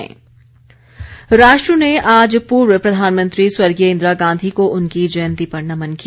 जयन्ति इंदिरा गांधी राष्ट्र ने आज पूर्व प्रधानमंत्री स्वर्गीय इंदिरा गांधी को उनकी जयंती पर नमन किया